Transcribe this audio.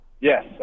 Yes